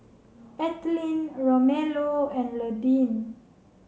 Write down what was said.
Ethelene Romello and Londyn